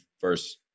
first